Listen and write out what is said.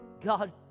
God